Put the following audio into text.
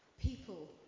people